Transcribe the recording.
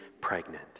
pregnant